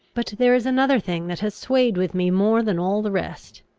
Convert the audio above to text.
but there is another thing that has swayed with me more than all the rest.